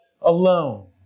alone